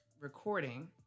recording